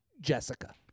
Jessica